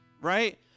right